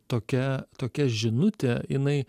tokia tokia žinutė jinai